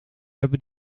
hebben